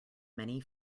many